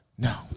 No